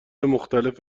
مختلف